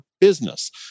business